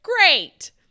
great